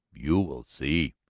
you will see!